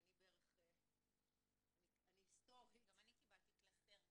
כי אני היסטורית --- גם אני קיבלתי קלסר כזה,